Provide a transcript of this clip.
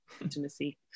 intimacy